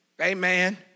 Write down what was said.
Amen